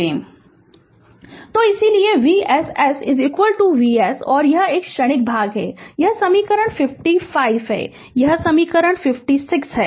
Refer Slide Time 1340 तो इसीलिए Vss Vs और यह क्षणिक भाग है यह समीकरण 55 यह समीकरण 56 है